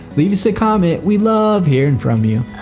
leave us a comment we love hearing from you.